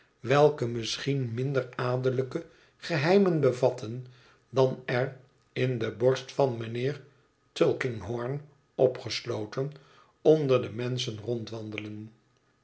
welke misschien minder adellijke geheimen bevattten dan er in de borst van mijnheer tulkinghorn opgesloten onder de menschen rondwandelen